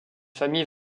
famille